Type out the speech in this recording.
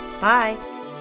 Bye